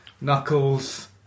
Knuckles